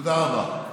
תודה רבה.